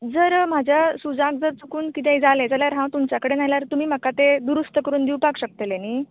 जर म्हाज्या शुजांक जर चुकून किदेंय जालें जाल्यार हांव तुमचे कडेन आयल्यार तुमी म्हाका ते दुरूस्त करून दिवपाक शकतले न्ही